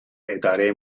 اداره